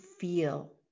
feel